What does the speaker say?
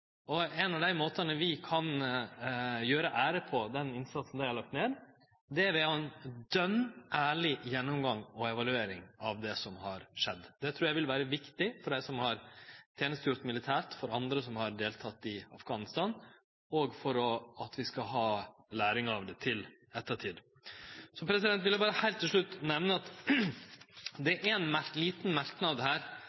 skjer. Ein av dei måtane vi kan gjere ære på den innsatsen dei har lagt ned, er å ha ein dønn ærleg gjennomgang og evaluering av det som har skjedd. Det trur eg vil vere viktig for dei som har tenestegjort militært, for andre som har delteke i Afghanistan, og for at vi skal ha læring av det i ettertid. Så vil eg berre heilt til slutt nemne at det